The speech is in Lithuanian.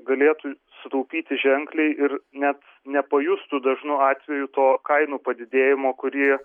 galėtų sutaupyti ženkliai ir net nepajustų dažnu atveju to kainų padidėjimo kurį